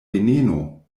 veneno